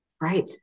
Right